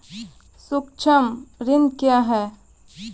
सुक्ष्म ऋण क्या हैं?